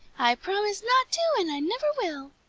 i promised not to and i never will!